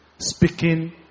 speaking